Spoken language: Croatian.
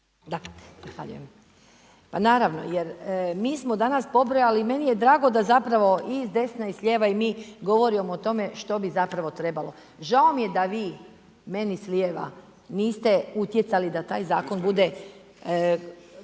Ines (MOST)** Pa naravno jer, mi smo danas pobrojali i meni je drago da zapravo i s desna i s lijeva i mi govorimo o tome što bi zapravo trebalo. Žao mi je da vi meni s lijeva niste utjecali da taj zakon bude